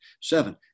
Seven